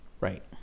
Right